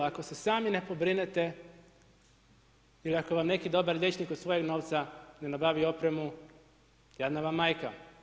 Ako se sami ne pobrinete i ako vam neki dobar liječnik od svojeg novca ne nabavi opremu, jadna vam majka.